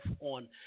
on